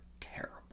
terrible